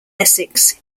essex